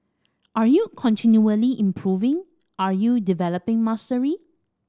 are you continually improving are you developing mastery